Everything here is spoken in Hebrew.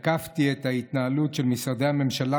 תקפתי את ההתנהלות של משרדי הממשלה,